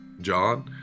John